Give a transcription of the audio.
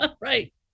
Right